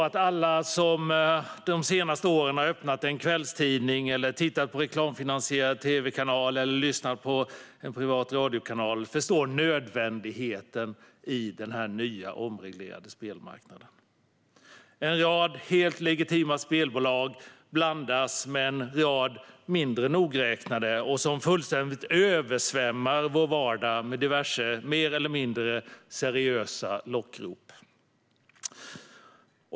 Alla som de senaste åren har öppnat en kvällstidning, tittat på reklamfinansierad tv eller lyssnat på en privat radiokanal förstår nödvändigheten i den nya, omreglerade spelmarknaden. En rad helt legitima spelbolag blandas i dag med en rad mindre nogräknade, som fullständigt översvämmar vår vardag med diverse mer eller mindre seriösa lockrop.